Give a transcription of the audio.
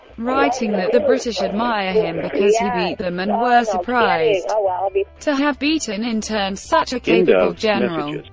writing that the british admire him, because he beat them and were surprised to have beaten in turn such a capable general.